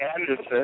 anderson